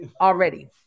already